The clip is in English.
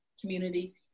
Community